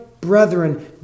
brethren